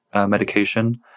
medication